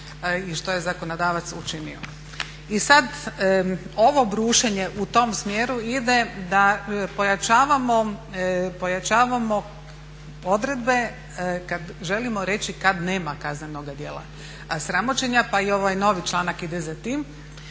i što je zakonodavac učinio. I sad ovo brušenje u tom smjeru ide da pojačavamo odredbe kad želimo reći kad nema kaznenoga djela sramoćenja pa i ovaj novi članak ide za tim.